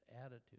attitude